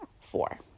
four